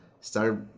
start